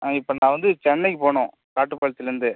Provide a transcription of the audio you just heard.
ஆ இப்போ நான் வந்து சென்னைக்கு போகணும் காட்டுப்பாளையத்துலேருந்து